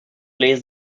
plays